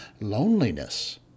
loneliness